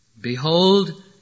Behold